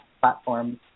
platforms